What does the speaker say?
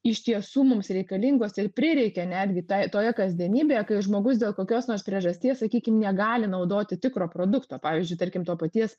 iš tiesų mums reikalingos ir prireikia netgi tai toje kasdienybėje kai žmogus dėl kokios nors priežasties sakykim negali naudoti tikro produk pavyzdžiui tarkim to paties